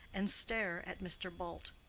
and stare at mr. bult.